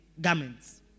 garments